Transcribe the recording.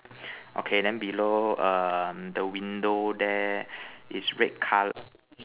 okay then below the window there is red color